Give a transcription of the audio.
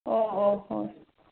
ꯑꯣ ꯑꯣ ꯍꯣꯏ